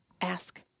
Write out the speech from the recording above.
ask